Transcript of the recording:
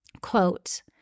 quote